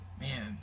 man